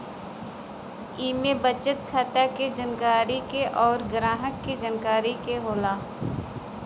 इम्मे बचत खाता क जानकारी अउर ग्राहक के जानकारी होला